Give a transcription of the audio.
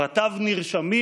פרטיו נרשמים,